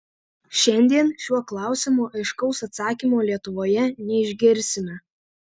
šiandien šiuo klausimu aiškaus atsakymo lietuvoje neišgirsime